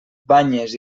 banyes